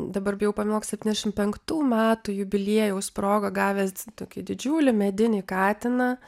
dabar bijau pameluot septyniasdešimt penktų metų jubiliejaus proga gavęs tokį didžiulį medinį katiną